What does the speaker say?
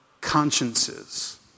consciences